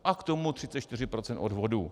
A k tomu 34 % odvodů.